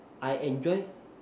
I enjoy